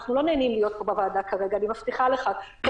אני מבטיחה לך שאנחנו,